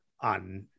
on